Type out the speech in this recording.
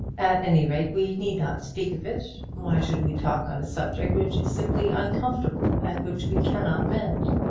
at any rate we need not speak of it. why should we talk on a subject which is simply uncomfortable, and which we cannot mend?